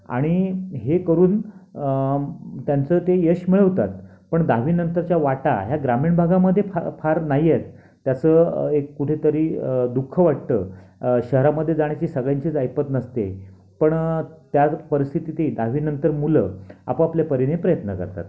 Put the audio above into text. आणि हे करून त्यांचं ते यश मिळवतात पण दहावी नंतरच्या वाटा ह्या ग्रामीण भागामध्ये फा फार नाही आहेत त्याचं एक कुठे तरी दुःख वाटतं शहरामध्ये जाण्याची सगळ्यांचीच ऐपत नसते पण त्या परिस्थितीत ही दहावीनंतर मुलं आपापल्या परीने प्रयत्न करतात